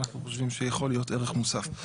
אני חושבים שיכול להיות ערך מוסף.